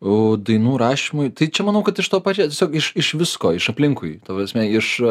o dainų rašymui tai čia manau kad iš to pačio tiesiog iš iš visko iš aplinkui ta prasme iš